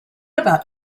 about